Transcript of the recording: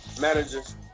Managers